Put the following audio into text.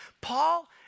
Paul